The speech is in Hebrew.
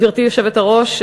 גברתי היושבת-ראש,